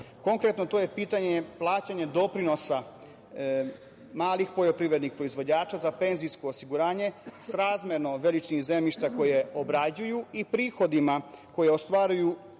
Konkretno to je pitanje plaćanja doprinosa malih poljoprivrednih proizvođača za penzijsko osiguranje srazmerno veličini zemljišta koje obrađuju i prihodima koje ostvaruju